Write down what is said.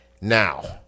Now